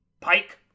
pike